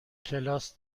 کلاس